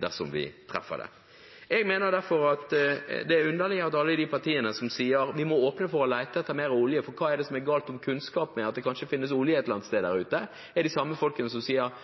dersom vi treffer det? Jeg mener derfor det er underlig at alle de partiene som sier at vi må åpne for å lete etter mer olje, for hva er det som er galt med kunnskapen om at det kanskje finnes olje et eller annet sted der ute, er de samme partiene som sier at